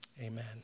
amen